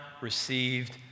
received